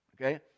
Okay